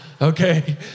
Okay